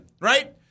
Right